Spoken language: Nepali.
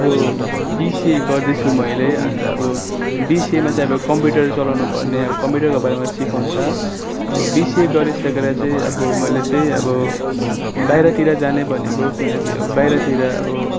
हो बिसिए गर्दैछु मैले अन्त अब बिसिएमा चाहिँ अब कम्प्युटर चलाउनुपर्ने अब कम्प्युटरको बारेमा सिकाउँछ अब बिसिए गरिसकेर चाहिँ अब मैले त्यही अब बाहिरतिर जाने भनेको किनकि अब बाहिरतिर अब